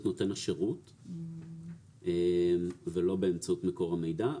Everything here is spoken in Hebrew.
נותן השירות ולא באמצעות מקור המידע.